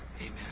amen